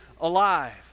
alive